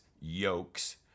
yokes